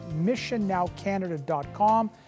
missionnowcanada.com